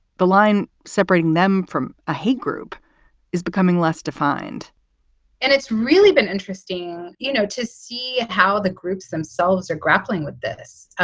the line separating them from a hate group is becoming less defined and it's really been interesting you know to see how the groups themselves are grappling with this,